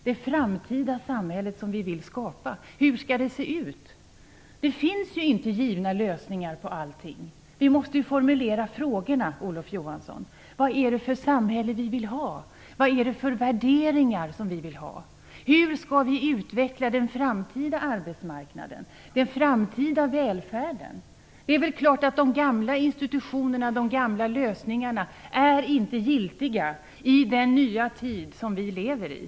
Det framtida samhälle som vi vill skapa, hur skall det se ut? Det finns inte givna lösningar på allting. Vi måste formulera frågorna, Olof Johansson. Vad är det för samhälle vi vill ha? Vad är det för värderingar som vi vill ha? Hur skall vi utveckla den framtida arbetsmarknaden, den framtida välfärden? Det är väl klart att de gamla institutionerna, de gamla lösningarna, inte är giltiga i den nya tid som vi lever i.